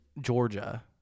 Georgia